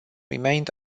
remained